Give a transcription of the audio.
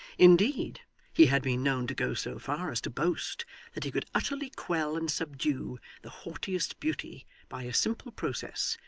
indeed he had been known to go so far as to boast that he could utterly quell and subdue the haughtiest beauty by a simple process,